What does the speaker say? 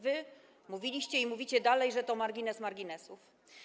Wy mówiliście i mówicie dalej, że to margines marginesów.